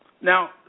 Now